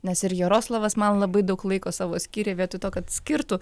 nes ir jaroslavas man labai daug laiko savo skyrė vietoj to kad skirtų